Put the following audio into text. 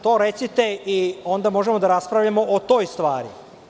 To recite i onda možemo da raspravljamo o toj stvari.